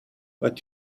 but